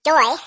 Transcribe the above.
Joy